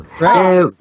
Right